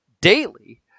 daily